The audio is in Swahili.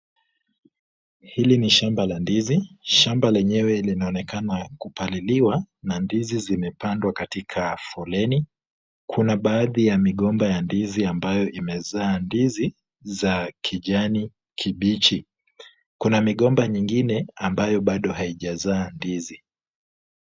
Hili ni shamba la ndizi. Shamba lenyewe linaonekana kupaliliwa na ndizi zimepangwa katika folrni. Kuna baadhi ya migomba ya ndizi ambayo imezaa ndizi za kijani kibichi. Kuna migomba mingine ambayo bado haijazaa ndizi.